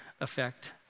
effect